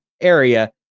area